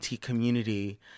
community